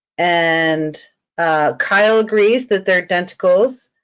and kyle agrees that they're denticles.